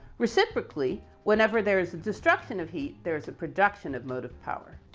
reciprocally, whenever there is a destruction of heat, there is a production of motive power.